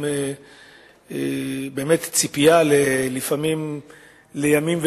עם ציפייה לימים,